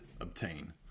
obtain